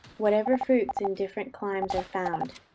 whatever fruits in different climes are found,